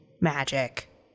magic